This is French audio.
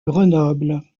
grenoble